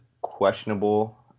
questionable